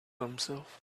himself